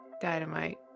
dynamite